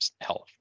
Health